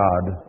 God